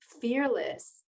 fearless